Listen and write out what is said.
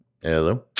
Hello